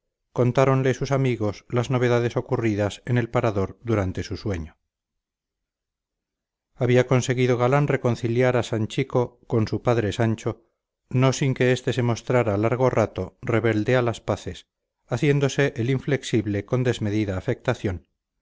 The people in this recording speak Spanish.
reposo contáronle sus amigos las novedades ocurridas en el parador durante su sueño había conseguido galán reconciliar a sanchico con su padre sancho no sin que este se mostrara largo rato rebelde a las paces haciéndose el inflexible con desmedida afectación